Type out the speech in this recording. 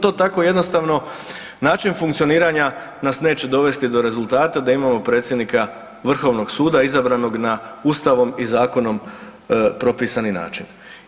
To tako jednostavno način funkcioniranja nas neće dovesti do rezultata da imamo predsjednika Vrhovnog suda izabranog na Ustavom i zakonom propisani način.